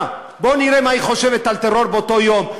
ונראה מה היא חושבת על טרור באותו יום.